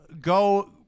go